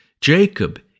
Jacob